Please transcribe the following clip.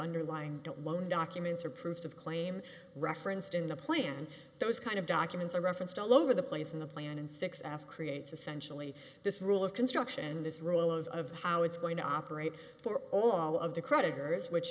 underlying don't loan documents or proof of claim referenced in the plan those kind of documents are referenced all over the place in the plan and six after creates essentially this rule of construction and this rule of how it's going to operate for all of the creditors which